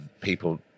people